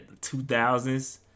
2000s